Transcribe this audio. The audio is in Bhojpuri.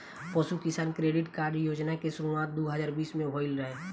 पशु किसान क्रेडिट कार्ड योजना के शुरुआत दू हज़ार बीस में भइल रहे